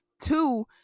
two